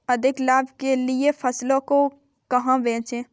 अधिक लाभ के लिए फसलों को कहाँ बेचें?